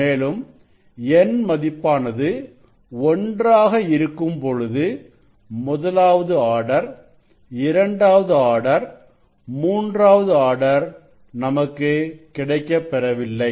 மேலும் n மதிப்பானது ஒன்றாக இருக்கும்பொழுது முதலாவது ஆர்டர் இரண்டாவது ஆர்டர் மூன்றாவது ஆர்டர் நமக்கு கிடைக்கப் பெறவில்லை